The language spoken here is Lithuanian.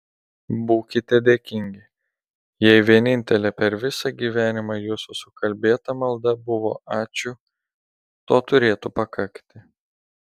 būkite dėkingi jei vienintelė per visą gyvenimą jūsų sukalbėta malda buvo ačiū to turėtų pakakti